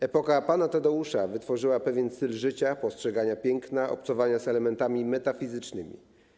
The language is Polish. Epoka „Pana Tadeusza” wytworzyła pewien styl życia, postrzegania piękna, obcowania z elementami metafizycznymi.